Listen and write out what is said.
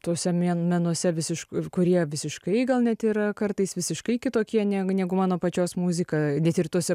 tuose me menuose visišk kurie visiškai gal net yra kartais visiškai kitokie neg negu mano pačios muzika ir tose